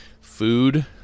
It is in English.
Food